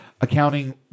accounting